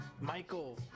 Michael